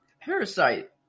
Parasite